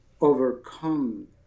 overcome